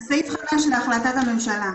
זה סעיף 5 בהחלטת הממשלה.